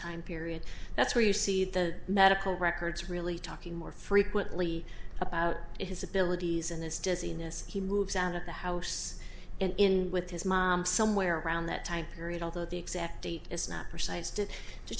time period that's where you see the medical records really talking more frequently about his abilities in this dizziness he moves out of the house and in with his mom somewhere around that time period although the exact date is not precise